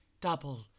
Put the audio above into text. Double